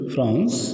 France